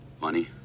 Money